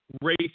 race